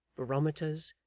barometers,